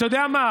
אתה יודע מה,